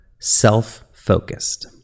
self-focused